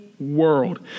world